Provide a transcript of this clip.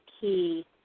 key